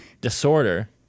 Disorder